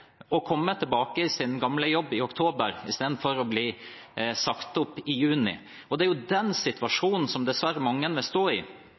å komme tilbake i sin gamle jobb i oktober istedenfor å bli sagt opp i juni. Det er jo den situasjonen som mange dessverre vil stå i.